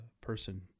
person